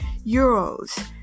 Euros